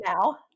now